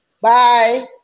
Bye